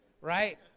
right